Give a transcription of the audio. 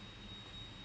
for my G_Y_P